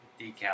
decal